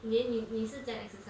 你你你是怎样 exercise